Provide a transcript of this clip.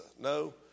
No